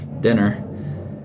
dinner